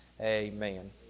amen